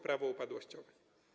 Prawo upadłościowe.